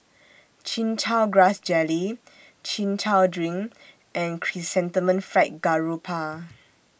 Chin Chow Grass Jelly Chin Chow Drink and Chrysanthemum Fried Garoupa